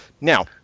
Now